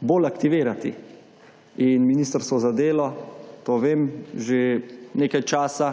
bolj aktivirati. In ministrstvo za delo, to vem, že nekaj časa,